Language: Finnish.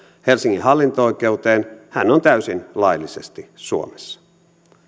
helsingin hallinto oikeuteen on täysin laillisesti suomessa